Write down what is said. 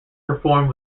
performed